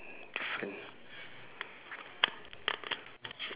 different